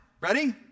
Ready